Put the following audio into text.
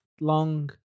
long